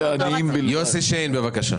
יוסי שיין, בבקשה.